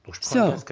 so,